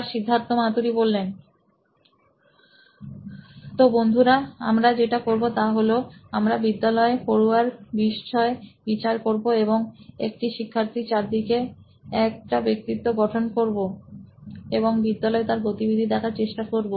সিদ্ধার্থ মাতু রি সি ই ও নোইন ইলেক্ট্রনিক্স তো বন্ধুরা আমরা যেটা করবো তা হলো আমরা বিদ্যালয় পড়ুয়ার বিষয় বিচার করবো এবং একটি শিক্ষার্থী চারদিকে একটা ব্যক্তিত্ব গঠন করবো এবং বিদ্যালয়ে তার গতিবিধি দেখার চেষ্টা করবো